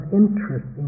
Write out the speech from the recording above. interest